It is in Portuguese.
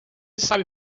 sabe